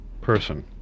person